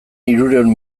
hirurehun